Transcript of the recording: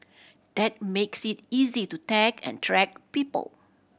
that makes it easy to tag and track people